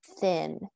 thin